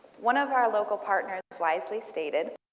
one of our local partners wisely stated